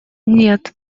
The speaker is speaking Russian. нет